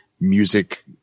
music